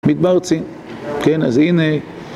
מדבר צין, כן, אז הנה...